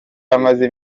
amaze